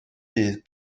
bydd